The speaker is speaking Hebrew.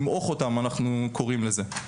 למעוך אותם אנחנו קוראים לזה.